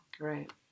Right